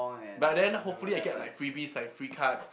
but then hopefully I get like freebies like free cards